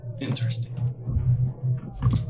Interesting